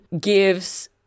gives